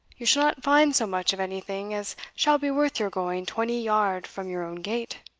you shall not find so much of anything as shall be worth your going twenty yard from your own gate.